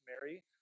Mary